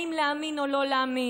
אם להאמין או לא להאמין.